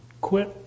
Quit